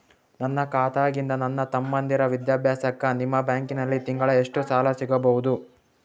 ನನ್ನ ಖಾತಾದಾಗಿಂದ ನನ್ನ ತಮ್ಮಂದಿರ ವಿದ್ಯಾಭ್ಯಾಸಕ್ಕ ನಿಮ್ಮ ಬ್ಯಾಂಕಲ್ಲಿ ತಿಂಗಳ ಎಷ್ಟು ಸಾಲ ಸಿಗಬಹುದು?